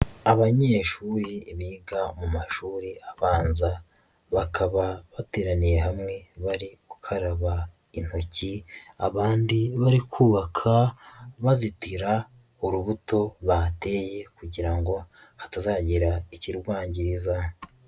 Abanyeshuri biga mu mashuri abanza, bakaba bateraniye hamwe bari gukaraba intoki, abandi bari kubaka bazitira urubuto bateye kugira ngo hatazagira ikirwangiriza.